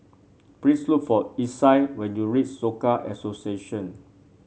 please look for Isai when you reach Soka Association